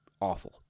awful